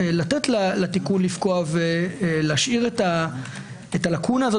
לתת לתיקון לפקוע ולהשאיר את הלקונה הזאת